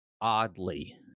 oddly